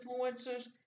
influencers